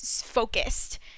focused